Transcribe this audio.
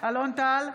אלון טל,